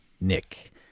Nick